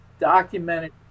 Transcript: documented